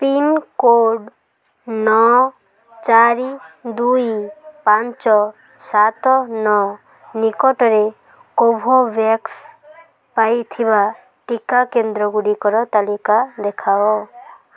pincode ନଅ ଚାରି ଦୁଇ ପାଞ୍ଚ ସାତ ନଅ ନିକଟରେ କୋଭୋଭ୍ୟାକ୍ସ ପାଇଥିବା ଟିକା କେନ୍ଦ୍ର ଗୁଡ଼ିକର ତାଲିକା ଦେଖାଅ